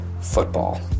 Football